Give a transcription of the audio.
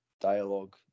dialogue